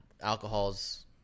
alcohol's